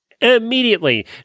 immediately